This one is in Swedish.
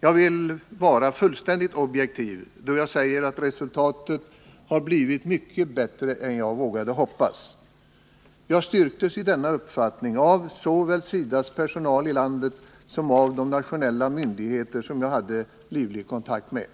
Jag är fullständigt objektiv då jag säger att resultatet blev mycket bättre än jag hade vågat hoppas. Jag styrktes i denna uppfattning såväl av SIDA:s personal i landet som av de nationella myndigheter som jag hade livlig kontakt med.